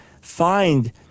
find